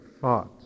thought